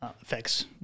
effects